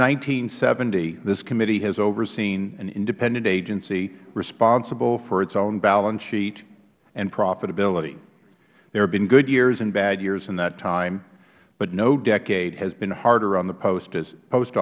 and seventy this committee has overseen an independent agency responsible for its own balance sheet and profitability there have been good years and bad years in that time but no decade has been harder on the post